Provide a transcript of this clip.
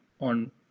on